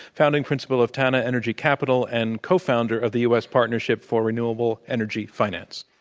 founding principal of tana energy capital and cofounder of the u. s. partnership for renewable energy finance.